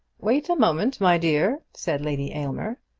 wait a moment, my dear, said lady aylmer.